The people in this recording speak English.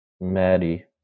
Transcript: Maddie